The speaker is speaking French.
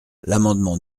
l’amendement